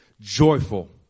joyful